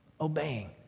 obeying